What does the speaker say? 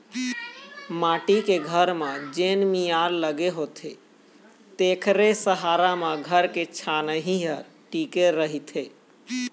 माटी के घर म जेन मियार लगे होथे तेखरे सहारा म घर के छानही ह टिके रहिथे